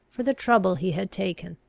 for the trouble he had taken.